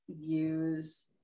use